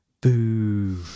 Boo